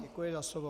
Děkuji za slovo.